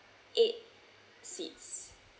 eight seats